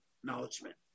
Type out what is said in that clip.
acknowledgement